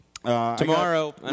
Tomorrow